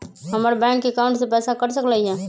हमर bank account से पैसा कट सकलइ ह?